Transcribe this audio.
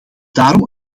daarom